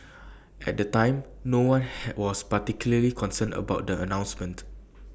at the time no one was particularly concerned about the announcement